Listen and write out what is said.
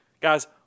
guys